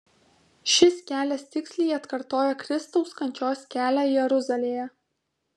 šis kelias tiksliai atkartoja kristaus kančios kelią jeruzalėje